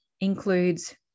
includes